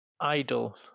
idle